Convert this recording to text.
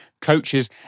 coaches